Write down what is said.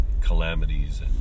calamities